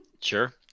sure